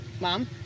Mom